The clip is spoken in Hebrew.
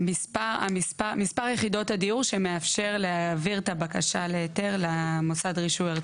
מספר יחידות הדיור שמאפשר להעביר את הבקשה להיתר למוסד רישוי ארצי.